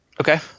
Okay